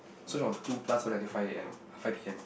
so from two plus wait until five A_M five P_M